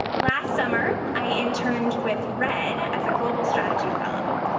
last summer i interned with red as a global strategy fellow,